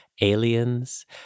aliens